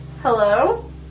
Hello